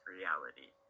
reality